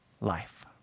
life